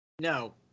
No